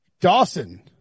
Dawson